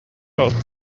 thought